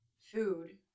food